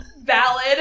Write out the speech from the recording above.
Valid